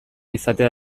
izatea